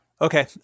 Okay